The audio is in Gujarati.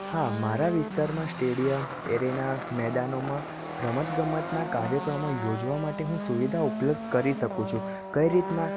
હા મારા વિસ્તારમાં સ્ટેડિયમ એરેના મેદાનોમાં રમતગમતના કાર્યક્રમો યોજવા માટે હું સુવિધા ઉપલબ્ધ કરી શકું છું કઈ રીતના